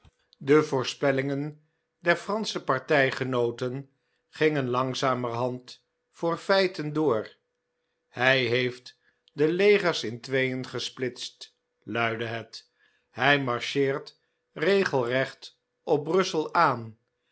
de voorspellingen der fransche partijgenooten gingen langzamerhand voor feiten door hij heeft de legers in tweeen gesplitst luidde het hij marcheert regelrecht op brussel aan